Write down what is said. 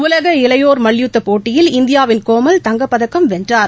உலக இளையோர் மல்யுத்தப் போட்டியில் இந்தியாவின் கோமல் தங்கப்பதக்கம் வென்றார்